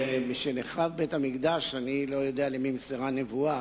משנחרב בית-המקדש אני לא יודע למי נמסרה הנבואה,